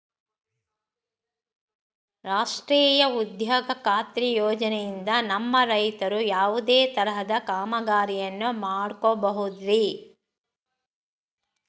ರಾಷ್ಟ್ರೇಯ ಉದ್ಯೋಗ ಖಾತ್ರಿ ಯೋಜನೆಯಿಂದ ನಮ್ಮ ರೈತರು ಯಾವುದೇ ತರಹದ ಕಾಮಗಾರಿಯನ್ನು ಮಾಡ್ಕೋಬಹುದ್ರಿ?